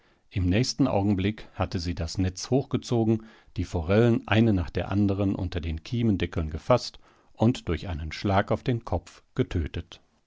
im nächsten augenblick hatte sie das netz hochgezogen die forellen eine nach der anderen unter den kiemendeckeln gefaßt und durch einen schlag auf den kopf getötet